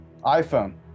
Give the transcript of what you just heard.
iPhone